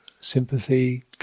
sympathy